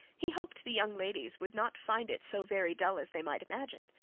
he hoped the young ladies would not find it so very dull as they might imagine.